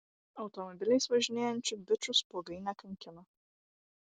automobiliais važinėjančių bičų spuogai nekankino